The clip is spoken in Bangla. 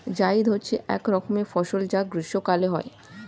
জায়িদ হচ্ছে এক রকমের ফসল যা গ্রীষ্মকালে হয়